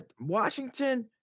Washington